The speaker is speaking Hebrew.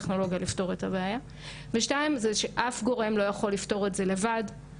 נשמח שעוד גורמים פה יקחו חלק בתהליך ויעזרו לנו לעשות עבודה יותר טובה.